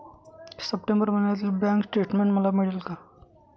September महिन्यातील bank statement मला मिळेल का?